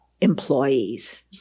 employees